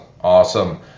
Awesome